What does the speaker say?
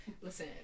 listen